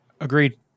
Agreed